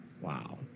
Wow